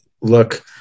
look